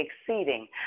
exceeding